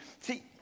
See